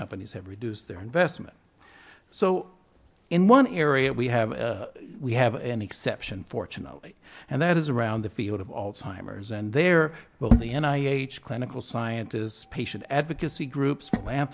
companies have reduced their investment so in one area we have we have an exception fortunately and that is around the field of all timers and there will in the end i h clinical scientist patient advocacy groups